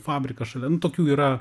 fabrikas šalia nu tokių yra